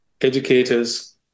educators